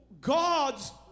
God's